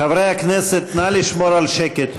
חברי הכנסת, נא לשמור על שקט.